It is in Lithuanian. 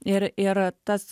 ir ir tas